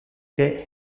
que